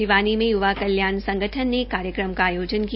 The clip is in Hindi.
भिवानी में युवा कल्याण संगठन ने एक कार्यक्रम का आयोजन किया